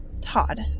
Todd